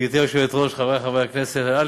גברתי היושבת-ראש, חברי חברי הכנסת, א.